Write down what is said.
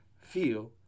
feel